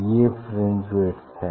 ये fringe width है